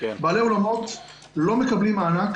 בעלי אולמות לא מקבלים מענק